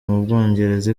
mubwongereza